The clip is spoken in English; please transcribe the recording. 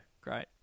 Great